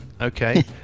Okay